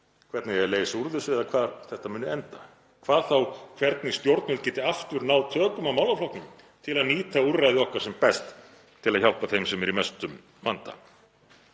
hvernig eigi að leysa úr þessu eða hvar þetta muni enda, hvað þá hvernig stjórnvöld geti aftur náð tökum á málaflokknum til að nýta úrræði okkar sem best til að hjálpa þeim sem eru í mestum vanda